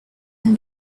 him